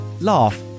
laugh